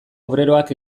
obreroak